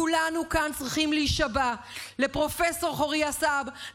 כולנו כאן צריכים להישבע לפרופ' חוריה סעב,